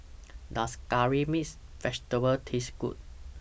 Does Curry Mixed Vegetable Taste Good